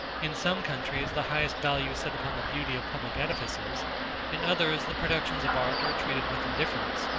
in some countries the highest value is set upon the beauty of public edifices in others the productions of art are treated with indifference,